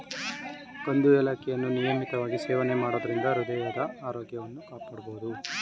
ಕಂದು ಏಲಕ್ಕಿಯನ್ನು ನಿಯಮಿತವಾಗಿ ಸೇವನೆ ಮಾಡೋದರಿಂದ ಹೃದಯದ ಆರೋಗ್ಯವನ್ನು ಕಾಪಾಡ್ಬೋದು